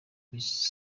miss